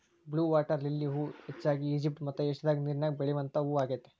blue water lily ಹೂ ಹೆಚ್ಚಾಗಿ Egypt ಮತ್ತ ಏಷ್ಯಾದಾಗ ನೇರಿನ್ಯಾಗ ಬೆಳಿವಂತ ಹೂ ಆಗೇತಿ